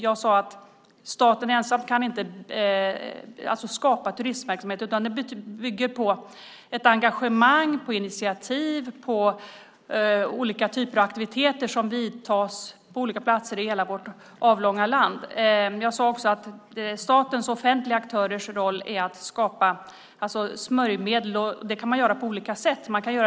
Jag sade att staten ensam inte kan skapa turistverksamhet, utan sådant bygger på ett engagemang, på initiativ och på olika typer av aktiviteter på olika platser i hela vårt avlånga land. Jag sade också att statens och offentliga aktörers roll är att skapa smörjmedel. Det kan göras på olika sätt.